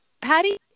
Patty